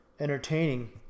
entertaining